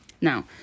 Now